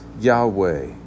Yahweh